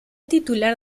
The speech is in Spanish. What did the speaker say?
titular